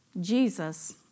Jesus